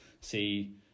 See